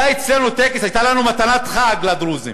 היה אצלנו טקס, הייתה לנו, לדרוזים,